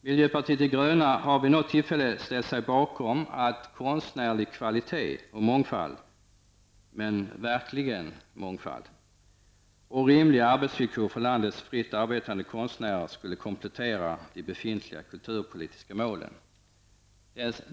Vi i miljöpartiet de gröna har vid något tillfälle ställt oss bakom målen om konstnärlig kvalitet och mångfald. Verklig mångfald och rimliga arbetsvillkor för landets fritt arbetande konstnärer skulle komplettera de befintliga kulturpolitiska målen.